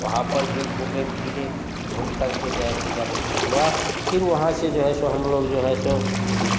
वहाँ पर भी घूमें फिरे घूम कर जैसे जब ये हुआ फिर वहाँ से जो है सब हम लोग जो है सो